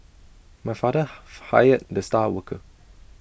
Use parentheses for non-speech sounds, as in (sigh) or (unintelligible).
my father (unintelligible) fired the star worker